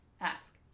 ask